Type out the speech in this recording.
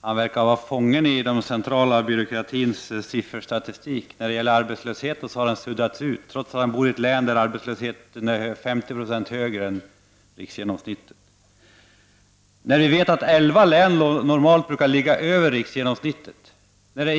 Han verkar fången i den centrala byråkratins sifferstatistik. Arbetslösheten har suddats ut, trots att han bor i ett län där arbetslösheten är 50 96 högre än riksgenomsnittet. Vi vet att 11 län normalt brukar ligga över riksgenomsnittet.